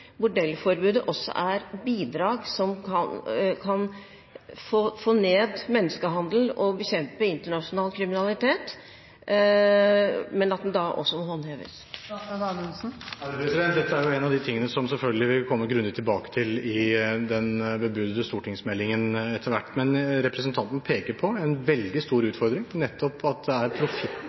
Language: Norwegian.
også er bidrag som kan redusere menneskehandel og bekjempe internasjonal kriminalitet, men at det også må håndheves? Dette er en av de tingene som vi selvfølgelig etter hvert kommer grundig tilbake til i den bebudede stortingsmeldingen. Men representanten peker på en veldig stor utfordring, nettopp at dette er alvorlig profittmotivert kriminalitet, hvor det er